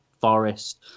Forest